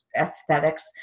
aesthetics